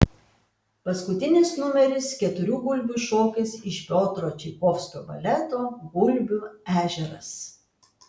paskutinis numeris keturių gulbių šokis iš piotro čaikovskio baleto gulbių ežeras